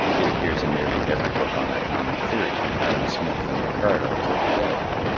it appears in nearly every book on economic theory from adam smith and ricardo till to-day.